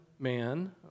man